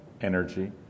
energy